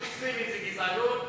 מדינה מוסלמית זה גזענות?